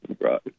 Right